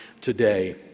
today